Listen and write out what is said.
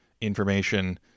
information